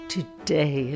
Today